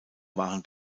waren